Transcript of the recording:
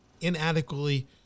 inadequately